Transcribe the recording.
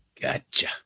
gotcha